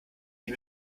die